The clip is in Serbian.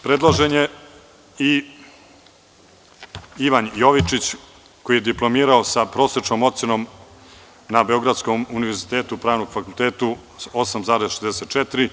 Predložen je i Ivan Jovičić, koji je diplomirao sa prosečnom ocenom na Beogradskom univerzitetu, Pravnom fakultetu, 8,64.